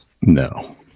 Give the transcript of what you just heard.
No